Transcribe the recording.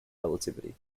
relativity